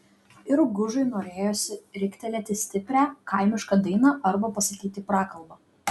ir gužui norėjosi riktelėti stiprią kaimišką dainą arba pasakyti prakalbą